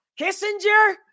Kissinger